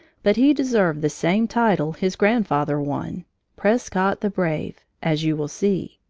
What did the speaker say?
but he deserved the same title his grandfather won prescott, the brave as you will see.